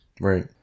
Right